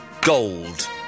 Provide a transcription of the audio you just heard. Gold